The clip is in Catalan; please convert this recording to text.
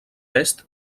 est